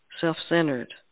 self-centered